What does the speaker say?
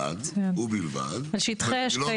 ובלבד --- לימור סון הר מלך (עוצמה יהודית): על שטחי אש כיום,